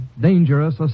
dangerous